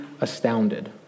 astounded